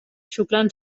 xuclen